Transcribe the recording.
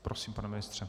Prosím, pane ministře.